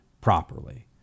properly